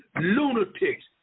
lunatics